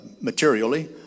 materially